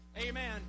Amen